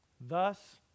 Thus